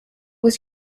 was